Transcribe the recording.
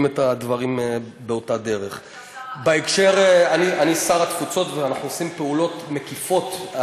אני לא רוצה לבייש, לא,